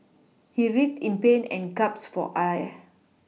he writhed in pain and gasped for air